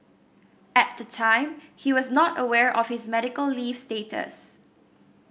at the time he was not aware of his medical leave status